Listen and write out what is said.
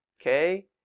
Okay